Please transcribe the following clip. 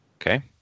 Okay